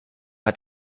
hat